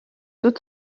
tout